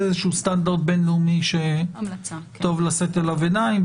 זה סטנדרט בין-לאומי שטוב לשאת אליו עיניים.